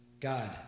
God